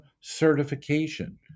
certification